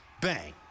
Bang